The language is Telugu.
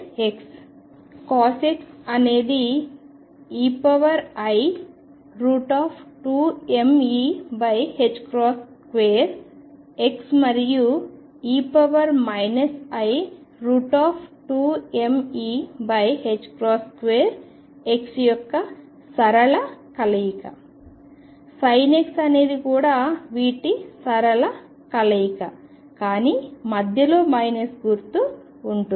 cos x అనేది ei2mE2x మరియు e i2mE2x యొక్క సరళ కలయిక sin అనేది కూడా వీటి సరళ కలయిక కానీ మధ్యలో మైనస్ గుర్తు ఉంటుంది